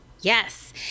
yes